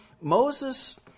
Moses